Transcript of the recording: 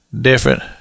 different